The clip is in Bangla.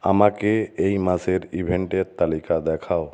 আমাকে এই মাসের ইভেন্টের তালিকা দেখাও